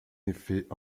effet